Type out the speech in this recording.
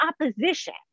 opposition